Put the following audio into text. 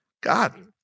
God